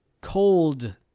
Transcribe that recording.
cold